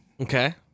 Okay